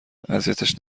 اذیتش